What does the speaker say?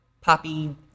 poppy